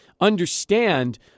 understand